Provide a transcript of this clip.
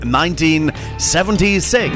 1976